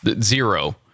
zero